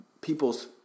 people's